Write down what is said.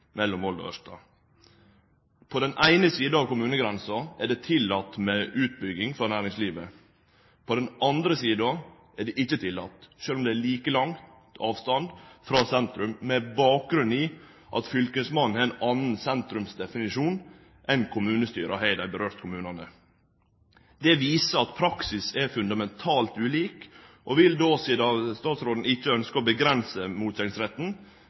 På den eine sida av kommunegrensa er det tillate med utbygging for næringslivet. På den andre sida er det ikkje tillate, sjølv om det er like lang avstand frå sentrum, med bakgrunn i at fylkesmannen har ein annan definisjon av «sentrum» enn kommunestyra har i dei kommunane dette gjeld. Det viser at praksisen er fundamentalt ulik. Vil statsråden, sidan han ikkje ønskjer å